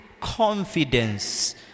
confidence